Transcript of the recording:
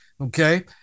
Okay